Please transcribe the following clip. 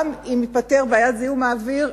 גם אם תיפתר בעיית זיהום האוויר,